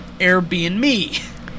Airbnb